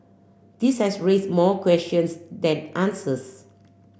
this has raise more questions than answers